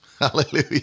Hallelujah